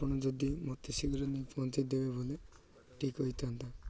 ଆପଣ ଯଦି ମୋତେ ଶୀଘ୍ର ନେଇ ପହଞ୍ଚାଇ ଦେବେ ବୋଲେ ଠିକ୍ ହୋଇଥାନ୍ତା